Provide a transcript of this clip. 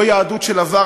לא יהדות של עבר,